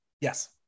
Yes